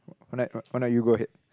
why not why not you go ahead